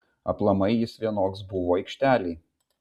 aplamai jis vienoks buvo aikštelėj